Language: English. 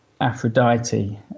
Aphrodite